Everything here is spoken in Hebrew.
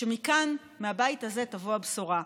שמכאן, מהבית הזה, תבוא הבשורה.